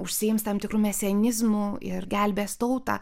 užsiims tam tikru mesianizmu ir gelbės tautą